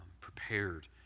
prepared